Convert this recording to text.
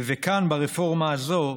וכאן, ברפורמה הזאת,